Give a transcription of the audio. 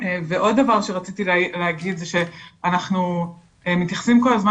עוד דבר שרציתי להגיד זה שאנחנו מתייחסים כל הזמן